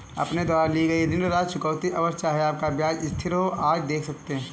अपने द्वारा ली गई ऋण राशि, चुकौती अवधि, चाहे आपका ब्याज स्थिर हो, आदि देख सकते हैं